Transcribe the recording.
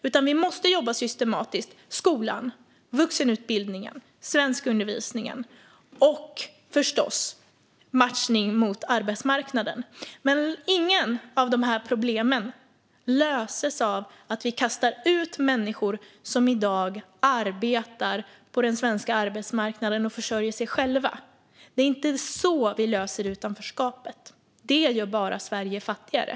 Vi måste i stället jobba systematiskt inom skolan, vuxenutbildningen och svenskundervisningen - och förstås genom matchning mot arbetsmarknaden. Men inget av dessa problem löses av att vi kastar ut människor som i dag arbetar på den svenska arbetsmarknaden och försörjer sig själva. Det är inte så vi löser utanförskapet. Det gör bara Sverige fattigare.